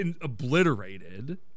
obliterated